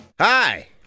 hi